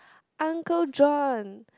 uncle John